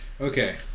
okay